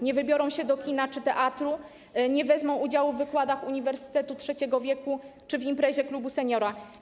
Nie wybiorą się do kina czy teatru, nie wezmą udziału w wykładach uniwersytetu trzeciego wieku czy w imprezie klubu seniora.